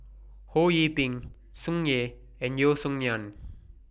Ho Yee Ping Tsung Yeh and Yeo Song Nian